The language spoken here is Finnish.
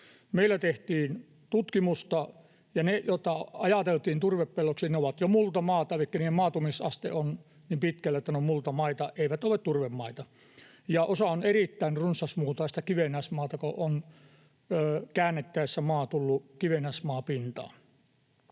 Meillä tehtiin tutkimusta, ja ne, joita ajateltiin turvepelloiksi, ovat jo multamaata, elikkä niiden maatumisaste on niin pitkällä, että ne ovat multamaita, eivät turvemaita. Ja osa on erittäin runsasmultaista kivennäismaata, kun on käännettäessä tullut kivennäismaa pintaan.